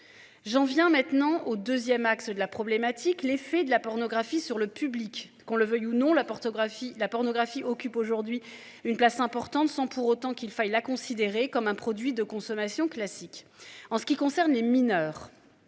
J'en viens maintenant au 2ème axe de la problématique, l'effet de la pornographie sur le public qu'on le veuille ou non, la pornographie, la pornographie, occupe aujourd'hui une place importante sans pour autant qu'il faille la considéré comme un produit de consommation classique en ce qui concerne les mineurs.